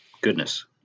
Goodness